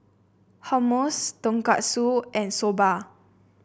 Hummus Tonkatsu and Soba